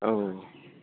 औ